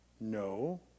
No